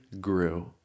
grew